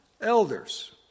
elders